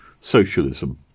socialism